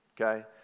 okay